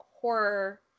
horror